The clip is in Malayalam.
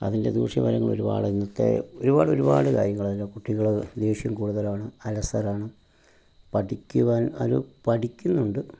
അതിൻ്റെ ദൂഷ്യഫലങ്ങളൊരുപാട് ഇന്നത്തെ ഒരുപാടൊരുപാട് കാര്യങ്ങളതിലെ കുട്ടികൾ ദേഷ്യം കൂടുതലാണ് അലസരാണ് പഠിക്കുവാൻ ആരും പഠിക്കുന്നുണ്ട്